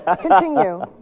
Continue